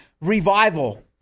revival